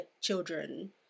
children